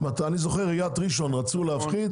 אני זוכר מקרה שבו עיריית ראשון לציון רצתה להפחית,